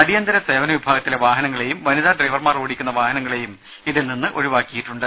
അടിയന്തര സേവന വിഭാഗത്തിലെ വാഹനങ്ങളെയും വനിതാ ഡ്രൈവർമാർ ഓടിക്കുന്ന വാഹനങ്ങളെയും ഇതിൽ നിന്ന് ഒഴിവാക്കിയിട്ടുണ്ട്